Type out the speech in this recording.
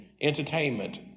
entertainment